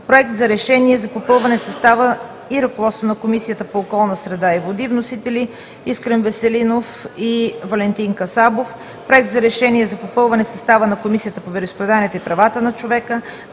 Проект на решение за попълване на състава и ръководството на Комисията по околната среда и водите. Вносители са Искрен Веселинов и Валентин Касабов. Проект на решение за попълване на състава на Комисията по вероизповеданията и правата на човека.